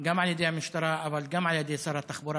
גם על ידי המשטרה אבל גם על ידי שר התחבורה.